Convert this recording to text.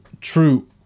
true